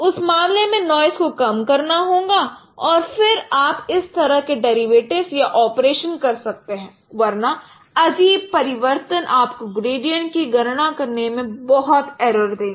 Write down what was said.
उस मामले में नॉइस को कम करना होगा और फिर आप इस तरह के डेरिवेटिव्स या ऑपरेशन कर सकते हैं वरना अजीब परिवर्तन आपको ग्रेडियंट की गणना करने में बहुत इरर देंगे